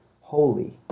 holy